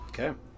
Okay